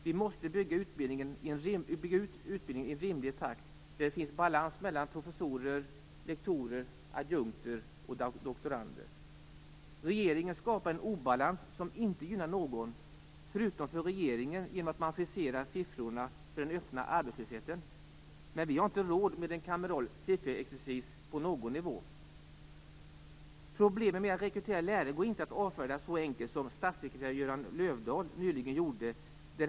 Vi måste bygga ut utbildningen i en rimlig takt, där det finns balans mellan professorer, lektorer, adjunkter och doktorander. Regeringen skapar en obalans som inte gynnar någon - utom regeringen, i och med att man friserar siffrorna för den öppna arbetslösheten. Men vi har inte råd med en kameral sifferexercis på någon nivå. Problemet med att rekrytera lärare går inte att avfärda så enkelt som statssekreterare Göran Löfdahl nyligen gjorde.